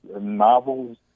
novels